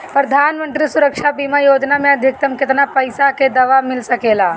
प्रधानमंत्री सुरक्षा बीमा योजना मे अधिक्तम केतना पइसा के दवा मिल सके ला?